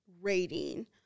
rating